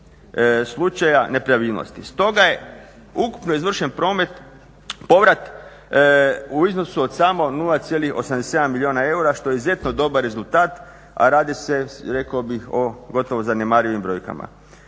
slučaja nepravilnosti. Stoga je ukupno izvršen povrat u iznosu od samo 0,87 milijuna eura, što je izuzetno dobar rezultat, a radi se, rekao bih o gotovo zanemarivim brojkama.